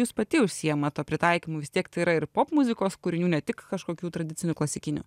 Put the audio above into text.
jūs pati užsiimat tuo pritaikymu vis tiek tai yra ir popmuzikos kūrinių ne tik kažkokių tradicinių klasikinių